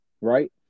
Right